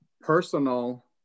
personal